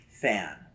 fan